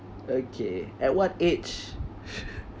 okay at what age